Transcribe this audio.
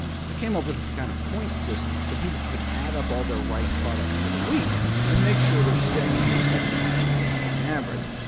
so they came up with this kind of point system so people could add up all their rice products for the week and make sure they're staying under seven points a week on average.